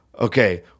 okay